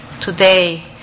today